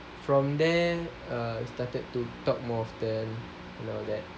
from there started to talk more often and all that